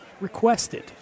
requested